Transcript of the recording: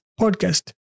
podcast